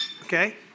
Okay